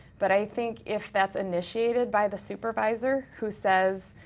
but i think if that's initiated by the supervisor who says,